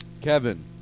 Kevin